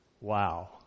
Wow